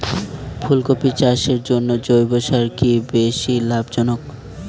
ফুলকপি চাষের জন্য জৈব সার কি বেশী লাভজনক?